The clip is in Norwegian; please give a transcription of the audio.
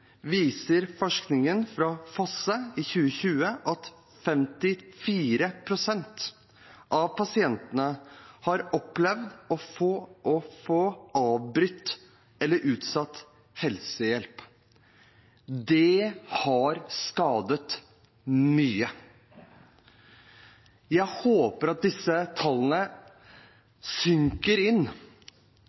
viser forskningen fra Fosse i 2020, har 54 pst. av pasientene opplevd å få avbrutt eller utsatt helsehjelp. Det har skadet mye. Jeg håper at disse tallene synker inn.